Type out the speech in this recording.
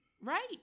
right